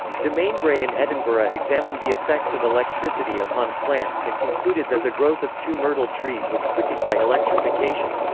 demainbray in edinburgh examined the effects of electricity upon plants and concluded that the growth of two myrtle trees was quickened by electrification.